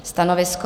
Stanovisko?